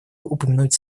упомянуть